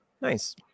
Nice